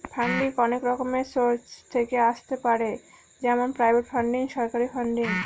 funding অনেক রকমের source থেকে আসতে পারে যেমন প্রাইভেট ফান্ডিং, সরকারি ফান্ডিং